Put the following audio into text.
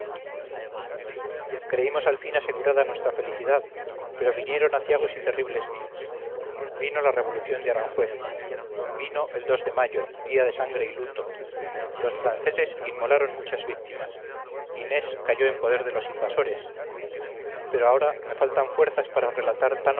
creímos al fin asegurada nuestra felicidad pero vinieron aciagos y terribles días vino la revolución de aranjuez vino el dos de mayo día de sangre y luto los franceses inmolaron muchas víctimas inés cayó en poder de los invasores pero ahora me faltan fuerzas para relatar tan